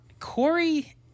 Corey